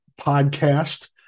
podcast